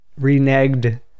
reneged